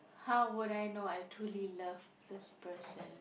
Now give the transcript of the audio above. how would I know I truly love this person